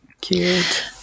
Cute